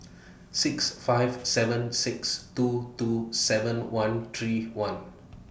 six five seven six two two seven one three one